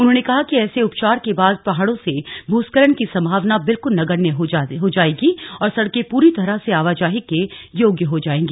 उन्होंने कहा कि ऐसे उपचार के बाद पहाड़ों से भूस्खलन की संभावना बिल्कल नगण्य हो जायेगी और सड़के पूरी तरह से साल निर्बाध आवाजाही के योग्य हो जायेंगी